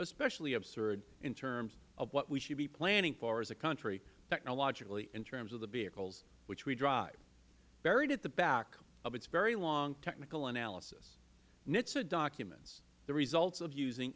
especially absurd in terms of what we should be planning for as a country technologically in terms of the vehicles which we drive buried at the back of its very long technical analysis nhtsa documents the results of using